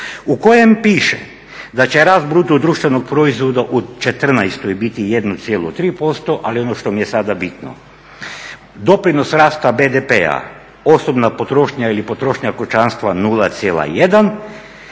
u kojem piše da će rast bruto društvenog proizvoda u četrnaestoj biti 1,3%. Ali ono što mi je sada bitno doprinos rasta BDP-a, osobna potrošnja ili potrošnja kućanstva 0,1,